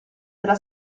della